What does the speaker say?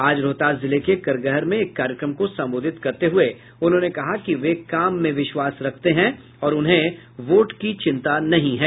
आज रोहतास जिले के करगहर में एक कार्यक्रम को संबोधित करते हुये उन्होंने कहा कि वे काम में विश्वास रखते हैं और उन्हें वोट की चिंता नहीं है